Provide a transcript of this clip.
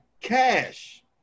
cash